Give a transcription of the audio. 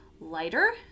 lighter